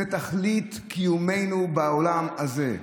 זאת תכלית קיומנו בעולם הזה.